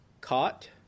Caught